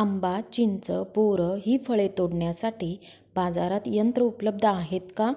आंबा, चिंच, बोर हि फळे तोडण्यासाठी बाजारात यंत्र उपलब्ध आहेत का?